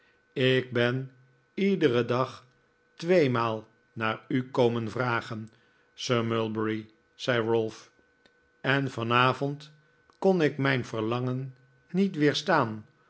ik ben iederen dag tweemaal naar u komen vragen sir mulberry zei ralph en vanavoiid kon ik mijn verlangen niet